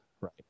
right